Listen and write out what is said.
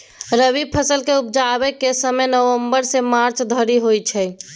रबी फसल केँ उपजेबाक समय नबंबर सँ मार्च धरि होइ छै